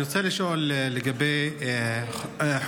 אני רוצה לשאול לגבי חורה.